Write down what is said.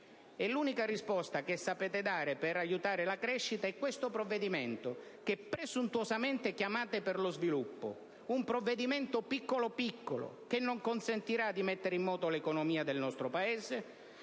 l'unica risposta che sapete dare per aiutare la crescita è questo provvedimento che, presuntuosamente, chiamate decreto sviluppo. È un provvedimento piccolo piccolo, che non consentirà di mettere in moto l'economia del nostro Paese,